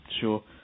Sure